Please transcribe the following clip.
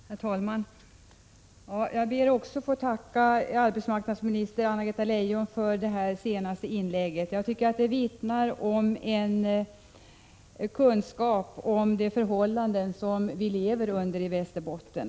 Herr talman! Jag ber också att få tacka arbetsmarknadsminister Anna Greta Leijon för hennes senaste inlägg. Jag tycker att det vittnade om en kunskap om de förhållanden som vi lever under i Västerbotten.